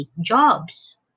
jobs